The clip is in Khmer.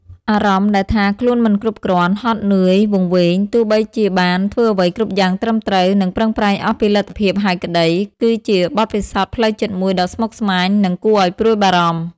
អារម្មណ៍ដែលថា ខ្លួនមិនគ្រប់គ្រាន់ ហត់នឿយ វង្វេង ទោះបីជាបានធ្វើអ្វីគ្រប់យ៉ាងត្រឹមត្រូវ និងប្រឹងប្រែងអស់ពីលទ្ធភាពហើយក្តី គឺជាបទពិសោធន៍ផ្លូវចិត្តមួយដ៏ស្មុគស្មាញ និងគួរឲ្យព្រួយបារម្ភ។